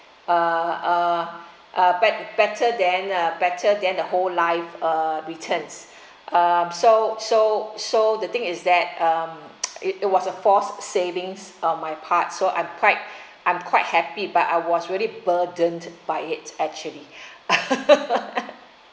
uh uh bet~ better than uh better than the whole life uh returns um so so so the thing is that um it it was a force savings on my part so I'm quite I'm quite happy but I was really burdened by it actually